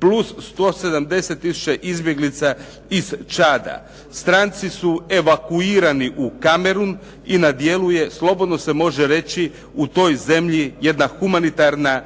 plus 170 tisuća izbjeglica iz Čada. Stranci su evakuirani u Kamerun i na dijelu je, slobodno se može reći, u toj zemlji jedna humanitarna